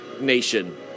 nation